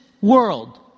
world